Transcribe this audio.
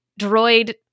droid